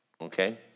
Okay